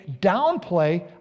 downplay